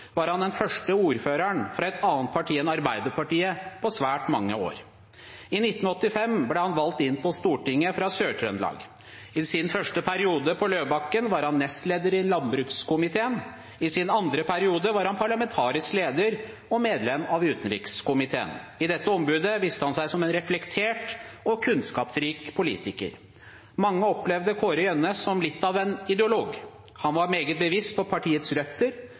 var han den første ordføreren fra et annet parti enn Arbeiderpartiet på svært mange år. I 1985 ble han valgt inn på Stortinget fra Sør-Trøndelag. I sin første periode på Løvebakken var han nestleder i landbrukskomiteen. I sin andre periode var han parlamentarisk leder og medlem av utenrikskomiteen. I dette ombudet viste han seg som en reflektert og kunnskapsrik politiker. Mange opplevde Kåre Gjønnes som litt av en ideolog. Han var meget bevisst på partiets